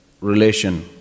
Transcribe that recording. relation